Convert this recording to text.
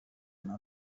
nta